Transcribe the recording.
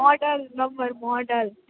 model number model